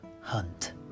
hunt